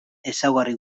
ezaugarri